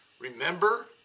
remember